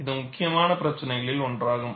இது முக்கியமான பிரச்சினைகளில் ஒன்றாகும்